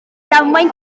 damwain